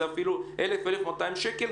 זה אפילו 1,000-1,200 שקלים,